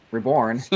Reborn